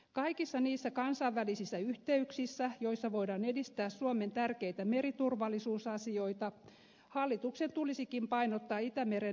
kaikissa niissä kansainvälisissä yhteyksissä joissa voidaan edistää suomen tärkeitä meriturvallisuusasioita hallituksen tulisikin painottaa itämeren erityisolosuhteita